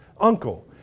uncle